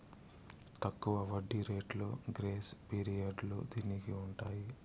తక్కువ వడ్డీ రేట్లు గ్రేస్ పీరియడ్లు దీనికి ఉంటాయి